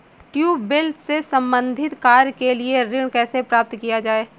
Tubewell से संबंधित कार्य के लिए ऋण कैसे प्राप्त किया जाए?